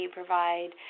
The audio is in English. provide